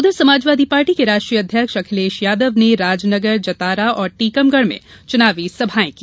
उधर समाजवादी पार्टी के राष्ट्रीय अध्यक्ष अखिलेश यादव ने राजनगर जतारा और टीकमगढ़ में चुनावी सभायें की